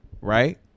right